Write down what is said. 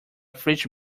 fridge